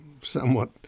somewhat